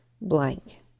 blank